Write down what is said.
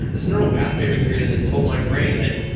there's neural pathway i've been created that told my brain that,